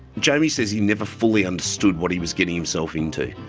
jamie says he never fully understood what he was getting himself into.